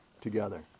together